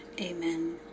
amen